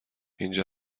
اینجا